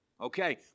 Okay